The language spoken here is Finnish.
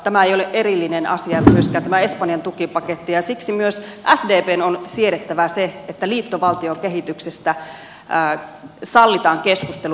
tämä ei ole erillinen asia myöskään tämä espanjan tukipaketti ja siksi myös sdpn on siedettävä se että liittovaltiokehityksestä sallitaan keskustelu